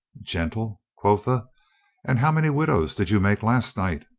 gentle, quotha! and how many widows did you make last night?